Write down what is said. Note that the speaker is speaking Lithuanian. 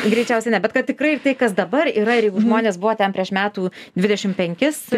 greičiausiai ne bet kad tikrai tai kas dabar yra ir jeigu žmonės buvo ten prieš metų dvidešim penkis